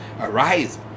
arise